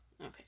Okay